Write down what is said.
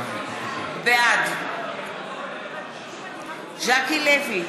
בעד ז'קי לוי,